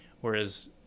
whereas